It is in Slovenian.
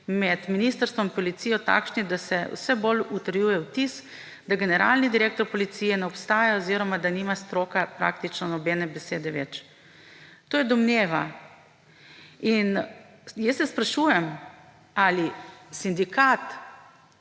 med ministrstvom in policijo takšni, da se vse bolj utrjuje vtis, da generalni direktor policije ne obstaja oziroma da nima stroka praktično nobene besede več. To je domneva. In jaz se sprašujem, ali sindikat